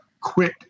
quit